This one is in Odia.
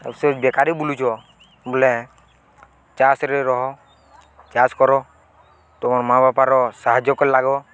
ଆ ସେ ବେକାରୀ ବୁଲୁଛ ବୋଲେ ଚାଷ୍ରେ ରହ ଚାଷ୍ କର ତମ ମାଆ ବାପାର ସାହାଯ୍ୟ କରି ଲାଗ